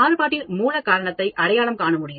மாறுபாட்டின் மூல காரணத்தை அடையாளம் காண முடியும்